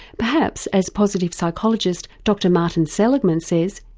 perhaps as positive psychologist dr martin seligman says,